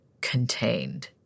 contained